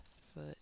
foot